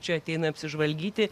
čia ateina apsižvalgyti